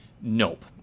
Nope